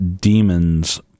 demons